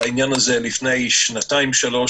בעניין הזה לפני שנתיים-שלוש,